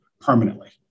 permanently